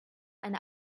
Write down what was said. eine